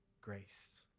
grace